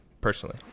personally